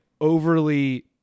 overly